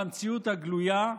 במציאות הגלויה,